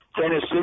Tennessee